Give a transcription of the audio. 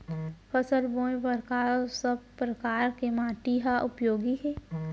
फसल बोए बर का सब परकार के माटी हा उपयोगी हे?